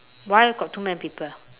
why got too many people